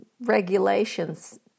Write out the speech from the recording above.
regulations